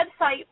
website